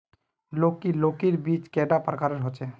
लौकी लौकीर बीज कैडा प्रकारेर होचे?